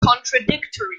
contradictory